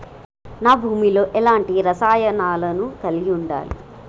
నా భూమి లో ఎలాంటి రసాయనాలను కలిగి ఉండాలి?